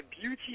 beauty